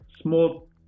Small